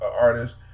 artist